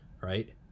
right